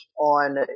on